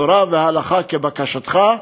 תורה והלכה כבקשתך,